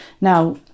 Now